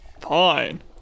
Fine